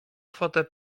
kwotę